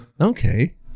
okay